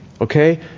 okay